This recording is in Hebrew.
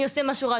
אני עושה משהו רע,